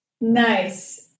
Nice